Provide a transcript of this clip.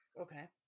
okay